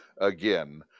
again